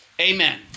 Amen